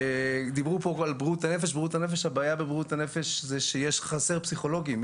דיברו פה על בריאות הנפש: הבעיה בבריאות הנפש היא שחסרים פסיכולוגים.